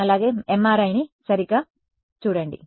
అలాగే MRIని సరిగ్గా చేయండి